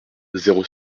zéro